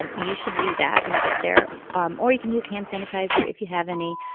um you should do that when you get there, um or you can use hand sanitizer if you have any.